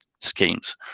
schemes